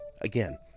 Again